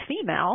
female